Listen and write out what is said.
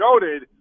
noted